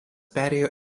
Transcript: perėjo